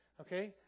Okay